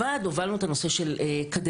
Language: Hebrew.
הובלנו את הנושא של קדנציות.